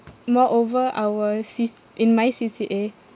moreover our C~ in my C_C_A